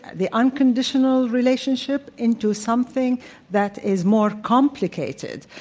the unconditional relationship, into something that is more complicated.